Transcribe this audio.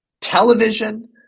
television